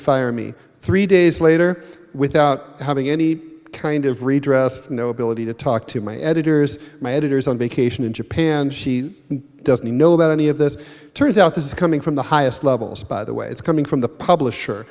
fire me three days later without having any kind of redress no ability to talk to my editors my editors on vacation in japan she doesn't know about any of this turns out this is coming from the highest levels by the way it's coming from the publisher